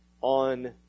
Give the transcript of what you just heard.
on